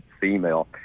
female